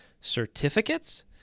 certificates